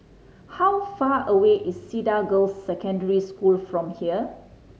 how far away is Cedar Girls' Secondary School from here